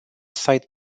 sight